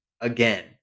again